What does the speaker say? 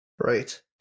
Right